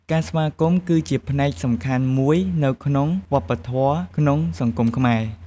ការស្វាគមន៍គឺជាផ្នែកសំខាន់មួយនៅក្នុងវប្បធម៌ក្នុងសង្គមខ្មែរ។